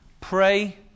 pray